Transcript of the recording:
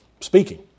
speaking